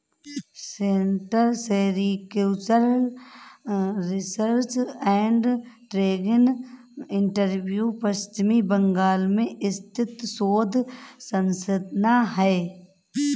central sericultural research and training institute Paschim Bangal में स्थित शोध संस्थान है